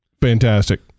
Fantastic